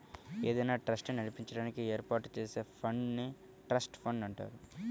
ఏదైనా ట్రస్ట్ ని నడిపించడానికి ఏర్పాటు చేసే ఫండ్ నే ట్రస్ట్ ఫండ్ అంటారు